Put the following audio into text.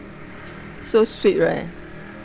so sweet right